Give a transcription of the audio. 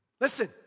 Listen